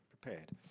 prepared